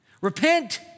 Repent